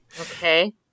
Okay